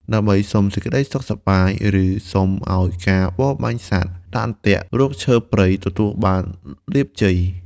ដើម្បីសុំសេចក្តីសុខសប្បាយ ឬ សុំឱ្យការបរបាញ់សត្វ ដាក់អន្ទាក់ រកឈើព្រៃ ទទួលបានលាភជ័យ។